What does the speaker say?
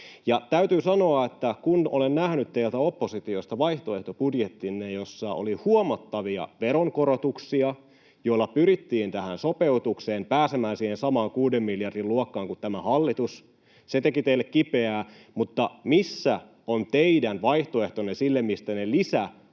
Täytyy sanoa, että kun olen nähnyt teiltä oppositiosta teidän vaihtoehtobudjettinne, jossa oli huomattavia veronkorotuksia, joilla pyrittiin tähän sopeutukseen, pääsemään siihen samaan kuuden miljardin luokkaan kuin tämä hallitus, se teki teille kipeää, mutta missä on teidän vaihtoehtonne sille, mistä ne kolmen